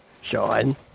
Sean